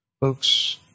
Folks